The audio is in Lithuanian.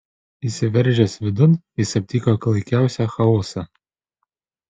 įsiveržęs vidun jis aptiko klaikiausią chaosą